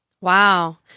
Wow